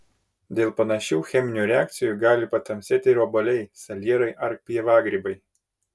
dėl panašių cheminių reakcijų gali patamsėti ir obuoliai salierai ar pievagrybiai